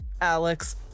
Alex